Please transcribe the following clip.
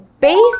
base